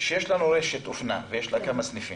כשיש לנו רשת אופנה ויש לה כמה סניפים,